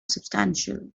substantial